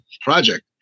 project